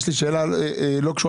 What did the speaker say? יש לי שאלה לבנק